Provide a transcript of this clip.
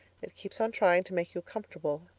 it keeps on trying to make you comfortable.